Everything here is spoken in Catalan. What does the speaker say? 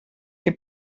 que